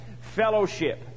fellowship